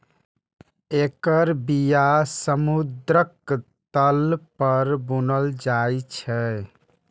एकर बिया समुद्रक तल पर बुनल जाइ छै